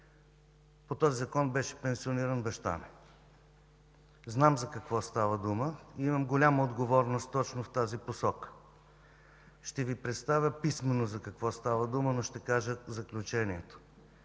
По този закон беше пенсиониран баща ми. Знам за какво става дума. Имам голяма отговорност точно в тази посока. Ще Ви представя писмено за какво става дума, но ще кажа заключението.